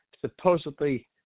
supposedly